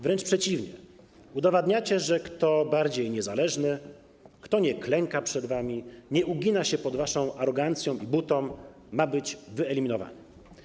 Wręcz przeciwnie, udowadniacie, że kto bardziej niezależny, kto nie klęka przed wami, nie ugina się pod waszą arogancją i butą, ma być wyeliminowany.